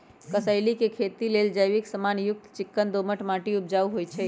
कसेलि के खेती लेल जैविक समान युक्त चिक्कन दोमट माटी उपजाऊ होइ छइ